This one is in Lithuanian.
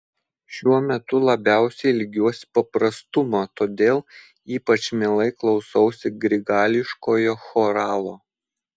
šiuo metu labiausiai ilgiuosi paprastumo todėl ypač mielai klausausi grigališkojo choralo